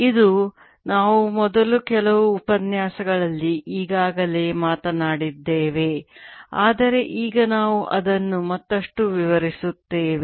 ಇದು ನಾವು ಮೊದಲ ಕೆಲವು ಉಪನ್ಯಾಸಗಳಲ್ಲಿ ಈಗಾಗಲೇ ಮಾತನಾಡಿದ್ದೇವೆ ಆದರೆ ಈಗ ನಾವು ಅದನ್ನು ಮತ್ತಷ್ಟು ವಿವರಿಸುತ್ತೇವೆ